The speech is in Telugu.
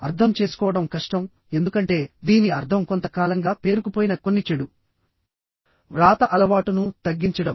అర్థం చేసుకోవడం కష్టంఎందుకంటే దీని అర్థం కొంత కాలంగా పేరుకుపోయిన కొన్ని చెడు వ్రాత అలవాటును తగ్గించడం